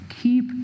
Keep